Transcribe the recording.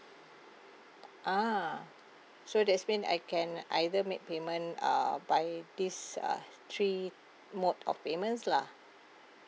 a'ah so that's mean I can either make payment uh by this uh three mode of payments lah